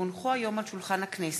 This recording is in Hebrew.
כי הונחו היום על שולחן הכנסת,